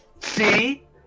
See